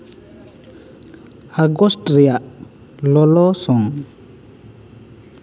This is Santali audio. ᱟᱜᱚᱥᱴ ᱨᱮᱭᱟᱜ ᱞᱚᱞᱚ ᱥᱚᱝ